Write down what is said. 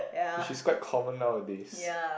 which is quite common nowadays